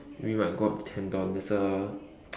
you might go up to tendon there's a